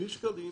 בשקלים